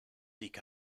seek